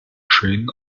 trained